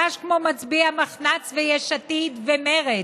ממש כמו מצביעי המחנה הציוני, יש עתיד ומרצ,